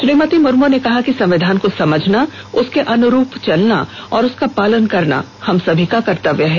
श्रीमती मुर्मू ने कहा कि संविधान को समझना उसके अनुरूप चलना और उसका पालन करना हम सबका कर्तव्य है